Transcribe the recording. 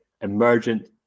emergent